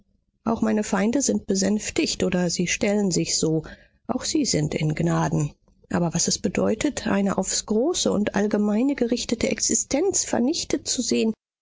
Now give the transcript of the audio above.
auch meine feinde sind besänftigt oder sie stellen sich so auch sie sind in gnaden aber was es bedeutet eine aufs große und allgemeine gerichtete existenz vernichtet zu sehen